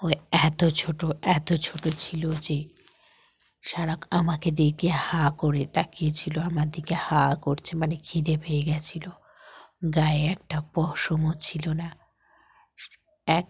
ও এতো ছোট এতো ছোট ছিল যে সারা আমাকে দেখে হা করে তাকিয়েছিল আমার দিকে হা করছে মানে খিদে পেয়ে গিয়েছিল গায়ে একটা পশমও ছিল না এক